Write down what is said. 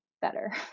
better